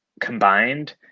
combined